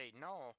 no